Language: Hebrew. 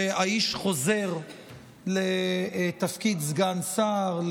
שהאיש חוזר לתפקיד סגן שר,